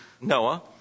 Noah